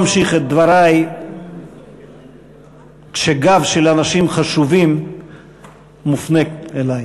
לא אמשיך את דברי כשהגב של אנשים חשובים מופנה אלי.